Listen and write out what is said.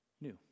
new